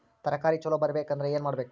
ತರಕಾರಿ ಛಲೋ ಬರ್ಬೆಕ್ ಅಂದ್ರ್ ಏನು ಮಾಡ್ಬೇಕ್?